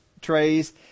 trays